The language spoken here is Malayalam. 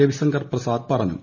രവിശങ്കർ പ്രസാദ് പറഞ്ഞു